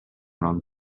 non